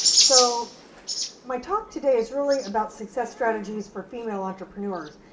so my talk today is really about success strategies for female entrepreneurs.